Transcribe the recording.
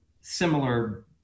similar